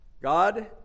God